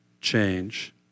change